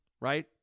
right